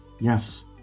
yes